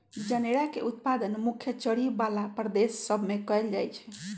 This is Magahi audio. जनेरा के उत्पादन मुख्य चरी बला प्रदेश सभ में कएल जाइ छइ